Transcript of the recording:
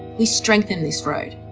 we strengthen this road.